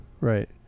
Right